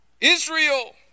Israel